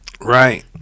Right